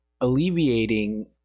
alleviating